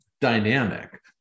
dynamic